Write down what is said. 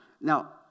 now